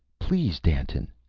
please, danton.